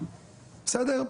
בסדר?